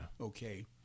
okay